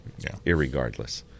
Irregardless